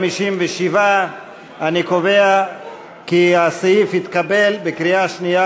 57. אני קובע כי הסעיף התקבל בקריאה שנייה,